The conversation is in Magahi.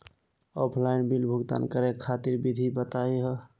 ऑफलाइन बिल भुगतान करे खातिर विधि बताही हो?